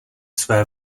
své